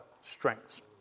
strengths